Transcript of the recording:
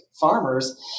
farmers